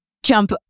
Jump